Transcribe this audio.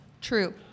True